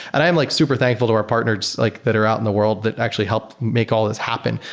and i am like super thankful to our partners like that are out in the world that actually help make all this happen,